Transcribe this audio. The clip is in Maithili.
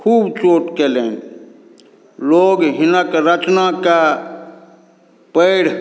खूब चोट कयलनि लोक हिनक रचनाकेँ पढ़ि